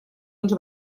uns